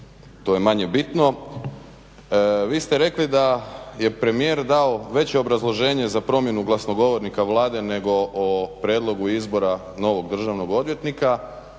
to je manje bitno. Vi ste rekli da je premijer dao veće obrazloženje za promjenu glasnogovornika Vlade nego o prijedlogu izbora novog državnog odvjetnika.